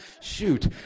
shoot